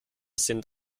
sind